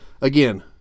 again